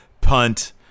punt